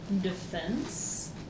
defense